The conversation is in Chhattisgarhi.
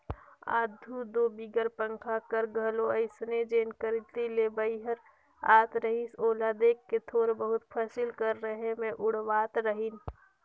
आघु दो बिगर पंखा कर घलो अइसने जेन कती ले बईहर आत रहिस ओला देख के थोर बहुत फसिल कर रहें मे उड़वात रहिन